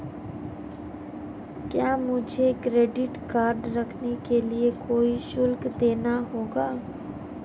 क्या मुझे credit card रखने के लिए कोई शुल्क देना होगा?